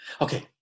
Okay